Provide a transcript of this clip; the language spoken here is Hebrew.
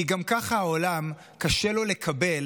כי גם ככה לעולם קשה לקבל